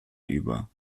über